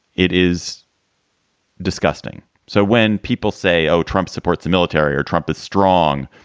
it is disgusting. so when people say, oh, trump supports the military or trump is strong,